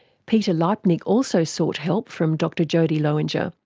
peter leipnik also sought help from dr jodie lowinger.